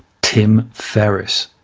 tim ferriss.